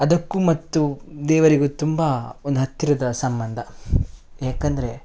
ಅದಕ್ಕೂ ಮತ್ತು ದೇವರಿಗೂ ತುಂಬ ಒಂದು ಹತ್ತಿರದ ಸಂಬಂಧ ಏಕಂದ್ರೆ